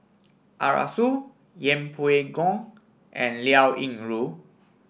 Arasu Yeng Pway Ngon and Liao Yingru